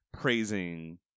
praising